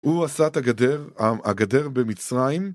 ‫הוא עשה את הגדר, הגדר במצרים.